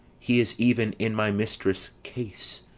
he is even in my mistress' case,